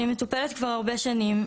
אני מטופלת כבר הרבה שנים.